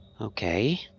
Okay